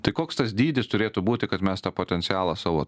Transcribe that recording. tai koks tas dydis turėtų būti kad mes tą potencialą savo